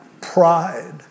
pride